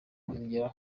kuzigeraho